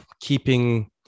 keeping